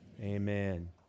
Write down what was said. Amen